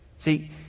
See